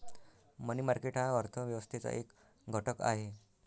मनी market हा अर्थ व्यवस्थेचा एक घटक आहे